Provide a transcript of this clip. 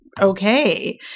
okay